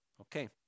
Okay